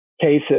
cases